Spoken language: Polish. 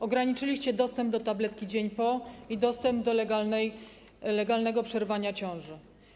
Ograniczyliście dostęp do tabletki dzień po i dostęp do legalnego przerywania ciąży.